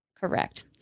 Correct